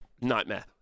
nightmare